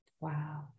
Wow